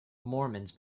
mormons